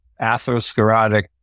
atherosclerotic